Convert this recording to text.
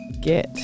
get